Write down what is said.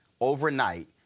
overnight